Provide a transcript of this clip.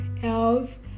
Health